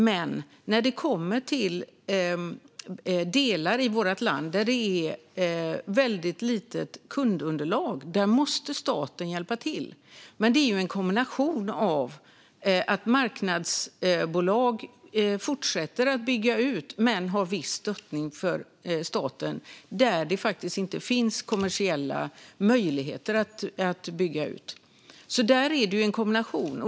Men när det kommer till delar i vårt land där det finns ett väldigt litet kundunderlag måste staten hjälpa till. Men det är en kombination av att marknadsbolag fortsätter att bygga ut men får viss stöttning från staten där det faktiskt inte finns kommersiella möjligheter att bygga ut. Det är alltså en kombination.